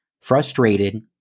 Frustrated